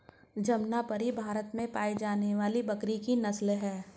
जमनापरी भारत में पाई जाने वाली बकरी की नस्ल है